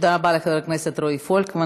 תודה רבה לחבר הכנסת רועי פולקמן.